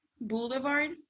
Boulevard